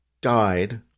died